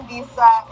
Visa